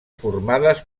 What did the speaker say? formades